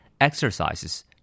exercises